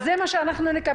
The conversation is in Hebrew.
אז זה מה שאנחנו נקבל.